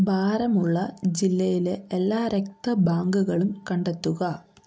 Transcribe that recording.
ബാരമുല്ലാ ജില്ലയിലെ എല്ലാ രക്ത ബാങ്കുകളും കണ്ടെത്തുക